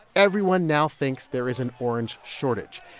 everyone now thinks there is an orange shortage.